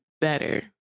better